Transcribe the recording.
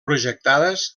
projectades